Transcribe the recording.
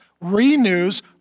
renews